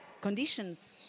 conditions